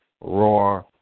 raw